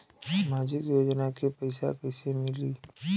सामाजिक योजना के पैसा कइसे मिली?